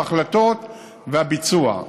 ההחלטות והביצוע.